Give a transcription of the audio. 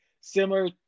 similar